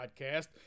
podcast